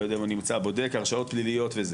בודק הרשעות פליליות,